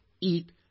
eat